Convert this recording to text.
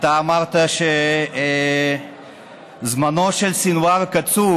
אתה אמרת שזמנו של סנוואר קצוב.